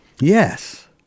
Yes